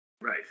Right